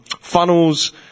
funnels